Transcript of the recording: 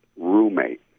roommate